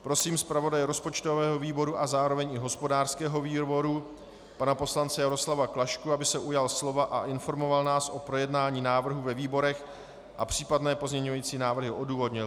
Prosím zpravodaje rozpočtového výboru a zároveň i hospodářského výboru pana poslance Jaroslava Klašku, aby se ujal slova a informoval nás o projednání návrhu ve výborech a případné pozměňovací návrhy odůvodnil.